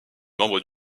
membre